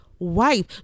wife